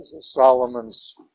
Solomon's